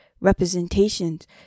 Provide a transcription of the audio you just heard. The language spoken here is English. representations